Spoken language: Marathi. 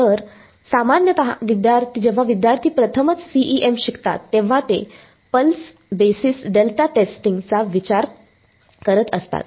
तर सामान्यत जेव्हा विद्यार्थी प्रथमच CEM शिकतात तेव्हा ते पल्स बेसिस डेल्टा टेस्टिंग चा विचार करत असतात